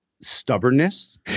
stubbornness